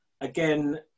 Again